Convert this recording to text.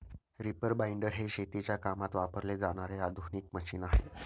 reaper binder हे शेतीच्या कामात वापरले जाणारे आधुनिक मशीन आहे